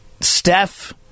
Steph